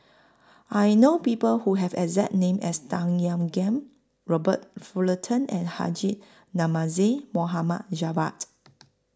I know People Who Have The exact name as Tan Ean Kiam Robert Fullerton and Haji Namazie Mohd Javad